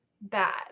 bad